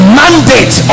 mandate